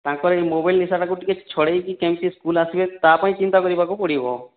ତାଙ୍କର ଏଇ ମୋବାଇଲ୍ ନିଶାଟାକୁ ଟିକେ ଛଡେଇକି କେମିତି ସ୍କୁଲ୍ ଆସିବେ ତା ପାଇଁ ଚିନ୍ତା କରିବାକୁ ପଡ଼ିବ